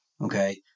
okay